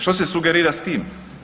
Što se sugerira s tim?